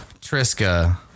Triska